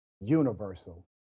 universal